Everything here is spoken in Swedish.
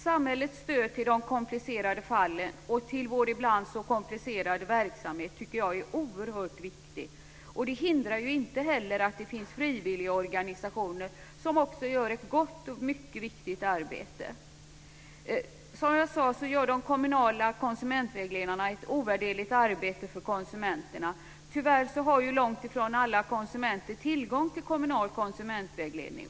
Samhällets stöd i de komplicerade fallen och i vår ibland så komplicerade verklighet tycker jag är oerhört viktigt. Det hindrar inte att det finns frivilligorganisationer som också gör ett gott och mycket viktigt arbete. Som jag sade gör de kommunala konsumentvägledarna ett ovärderligt arbete för konsumenterna. Tyvärr har långt ifrån alla konsumenter tillgång till kommunal konsumentvägledning.